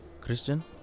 Christian